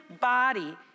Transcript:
body